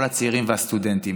שמבינים שהסטודנטים